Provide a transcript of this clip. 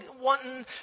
wanting